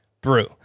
brew